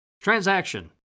Transaction